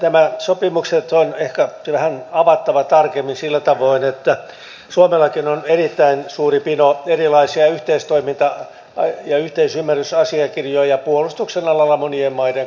nämä sopimukset on ehkä vähän avattava tarkemmin sillä tavoin että suomellakin on erittäin suuri pino erilaisia yhteistoiminta ja yhteisymmärrysasiakirjoja puolustuksen alalla monien maiden kanssa